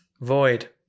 Void